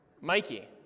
Mikey